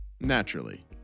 Naturally